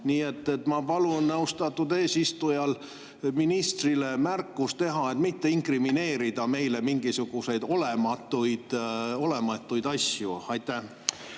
Nii et ma palun austatud eesistujal ministrile märkus teha, et mitte inkrimineerida meile mingisuguseid olematuid asju. Aitäh!